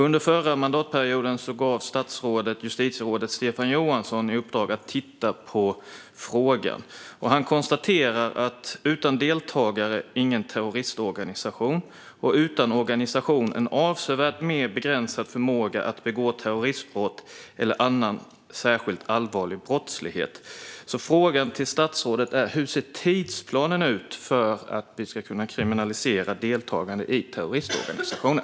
Under förra mandatperioden gav statsrådet justitierådet Stefan Johansson i uppdrag att titta på frågan. Utan deltagare ingen terroristorganisation, konstaterar justitierådet. Och utan organisation en avsevärt mer begränsad förmåga att begå terroristbrott eller annan särskilt allvarlig brottslighet. Frågan till statsrådet är: Hur ser tidsplanen ut för att vi ska kunna kriminalisera deltagande i terroristorganisationer?